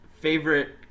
favorite